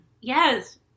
Yes